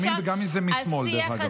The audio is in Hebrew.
גם אם זה מימין וגם אם זה משמאל, דרך אגב.